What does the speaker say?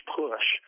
push